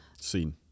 Seen